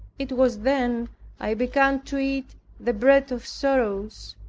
it was then i began to eat the bread of sorrows,